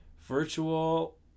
Virtual